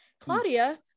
Claudia